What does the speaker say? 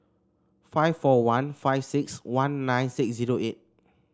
five four one five six one nine six zero eight